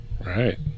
Right